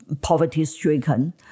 poverty-stricken